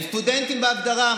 הם סטודנטים בהגדרה.